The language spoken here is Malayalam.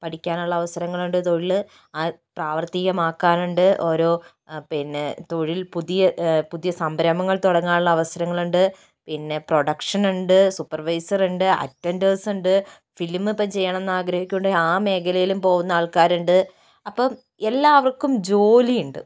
പഠിക്കാനുള്ള അവസരങ്ങളുണ്ട് തൊഴില് അത് പ്രാവർത്തികമാക്കാനുണ്ട് ഓരോ പിന്നെ തൊഴിൽ പുതിയ പുതിയ സംരംഭങ്ങൾ തുടങ്ങാനുള്ള അവസരങ്ങളുണ്ട് പിന്നെ പ്രൊഡക്ഷൻ ഉണ്ട് സൂപ്പർവൈസർ ഉണ്ട് അറ്റന്റേഴ്സ് ഉണ്ട് ഫിലിമിപ്പോൾ ചെയ്യണമെന്ന് ആഗ്രഹിക്കുന്നുണ്ടെങ്കിൽ ആ മേഖലയിലും പോകുന്ന ആൾക്കാരുണ്ട് അപ്പോൾ എല്ലാവർക്കും ജോലി ഉണ്ട്